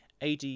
AD